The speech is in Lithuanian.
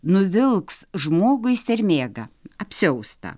nuvilks žmogui sermėgą apsiaustą